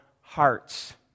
hearts